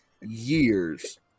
years